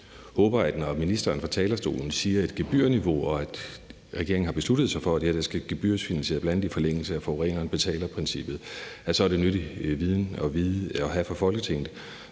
Jeg håber, at når ministeren fra talerstolen siger, at regeringen har besluttet sig for, at det her skal gebyrfinansieres, bl.a. i forlængelse af forureneren betaler-princippet, så er det nyttig viden at have for Folketinget,